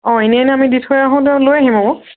অঁ এনেইে নো আমি দি থৈ আহোঁ লৈ আহিম আকৌ